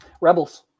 Rebels